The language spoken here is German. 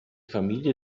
familie